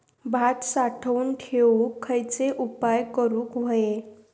भात साठवून ठेवूक खयचे उपाय करूक व्हये?